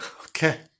Okay